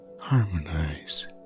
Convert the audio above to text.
harmonize